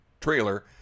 trailer